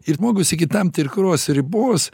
ir žmogus iki tam tikros ribos